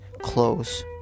close